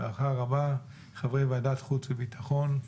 בהערכה רבה, חברי ועדת החוץ והביטחון.